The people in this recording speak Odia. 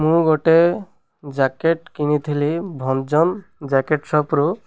ମୁଁ ଗୋଟେ ଜ୍ୟାକେଟ୍ କିଣିଥିଲି ଭଞ୍ଜନ୍ ଜ୍ୟାକେଟ୍ ସପ୍ରୁ